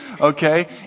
okay